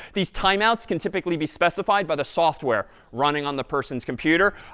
these time outs can typically be specified by the software running on the person's computer,